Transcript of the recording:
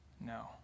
No